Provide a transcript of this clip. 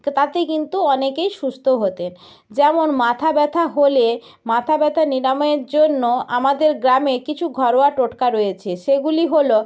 তো তাতে কিন্তু অনেকেই সুস্থ হতেন যেমন মাথা ব্যথা হলে মাথা ব্যথা নিরাময়ের জন্য আমাদের গ্রামে কিছু ঘরোয়া টোটকা রয়েছে সেগুলি হলো